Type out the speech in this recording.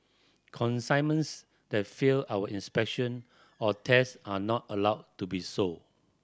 consignments that fail our inspection or tests are not allowed to be sold